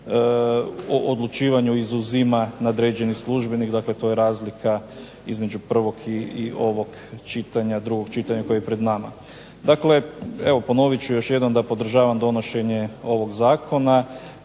o odlučivanju izuzima nadređeni službenik, dakle to je razlika između prvog i ovog čitanja, drugog čitanja koje je pred nama. Dakle, evo ponovit ću još jednom da podržavam donošenje ovog zakona